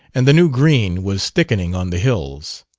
and the new green was thickening on the hills.